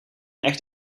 echt